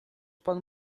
pan